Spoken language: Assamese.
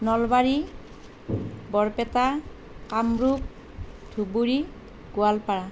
নলবাৰী বৰপেটা কামৰূপ ধুবুৰী গোৱালপাৰা